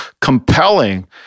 compelling